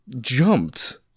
jumped